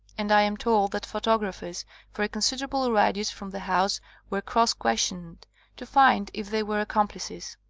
and i am told that photographers for a considerable radius from the house were cross-questioned to find if they were accomplices.